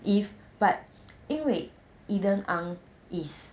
if but 因为 eden ang is